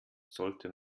sollte